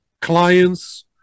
clients